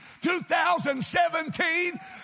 2017